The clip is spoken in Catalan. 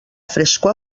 frescor